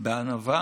בענווה